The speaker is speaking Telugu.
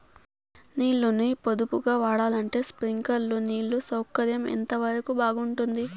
నీళ్ళ ని పొదుపుగా వాడాలంటే స్ప్రింక్లర్లు నీళ్లు సౌకర్యం ఎంతవరకు బాగుంటుంది?